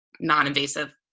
non-invasive